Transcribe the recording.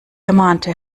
ermahnte